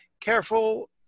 careful